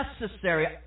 necessary